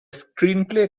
screenplay